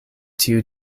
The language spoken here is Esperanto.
tiu